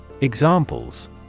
Examples